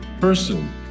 person